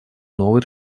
новый